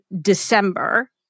December